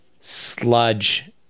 sludge